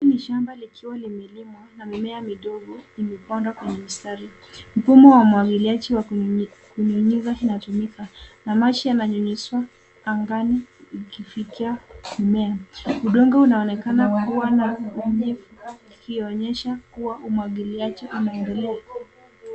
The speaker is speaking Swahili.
Hili ni shamba likiwa limelimwa na mimea idogo imepandwa kwenye mstari. Mfumo wa umwagiliaji wa kunyunyiza unatumika maji ya manyunyizio angani ikifikia mimea. Udongo unaonekana kuonyesha kuwa umwagiliaji unaendelea